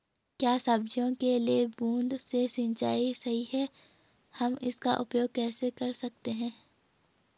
क्या सब्जियों के लिए बूँद से सिंचाई सही है हम इसका उपयोग कैसे कर सकते हैं?